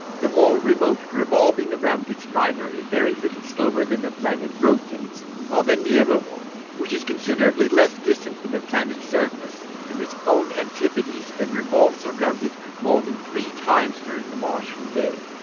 the more remote revolving around its primary very little slower than the planet rotates, while the nearer one, which is considerably less distant from the planet's surface than its own antipodes and revolves around it more than three times during the martian day,